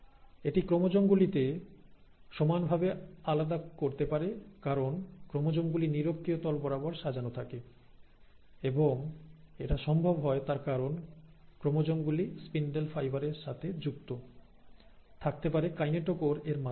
এটি ক্রোমোজোম গুলিকে সমানভাবে আলাদা করতে পারে কারণ ক্রোমোজোম গুলি নিরক্ষীয় তল বরাবর সাজানো থাকে এবং এটা সম্ভব হয় তার কারণ ক্রোমোজোম গুলি স্পিন্ডেল ফাইবারের সাথে যুক্ত থাকতে পারে কাইনেটোকোর এর মাধ্যমে